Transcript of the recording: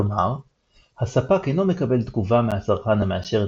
כלומר הספק אינו מקבל תגובה מהצרכן המאשרת